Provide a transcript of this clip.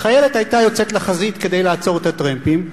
החיילת היתה יוצאת לחזית כדי לעצור את הטרמפים,